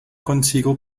consigo